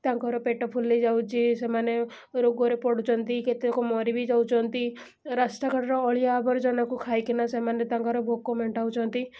ତାଙ୍କର ପେଟ ଫୁଲିଯାଉଛି ସେମାନେ ରୋଗରେ ପଡ଼ୁଛନ୍ତି କେତେକ ମରି ବି ଯାଉଛନ୍ତି ରାସ୍ତା କଡ଼ର ଅଳିଆ ଆବର୍ଜନାକୁ ଖାଇକିନା ସେମାନେ ତାଙ୍କର ଭୋକ ମେଣ୍ଟାଉଛନ୍ତି